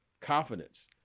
confidence